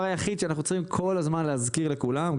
היחיד שאנחנו צריכים כל הזמן להזכיר לכולם,